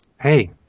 Hey